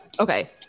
Okay